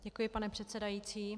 Děkuji, pane předsedající.